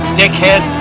dickhead